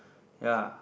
ya